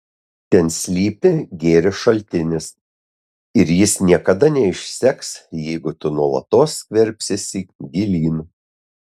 ten slypi gėrio šaltinis ir jis niekada neišseks jeigu tu nuolatos skverbsiesi gilyn